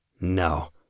No